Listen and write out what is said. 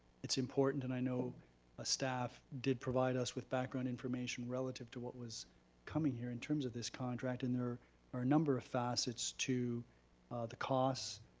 it's important and i know a staff did provide us with background information relative to what coming here in terms of this contract, and there are a number of facets to the cost,